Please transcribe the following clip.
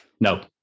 no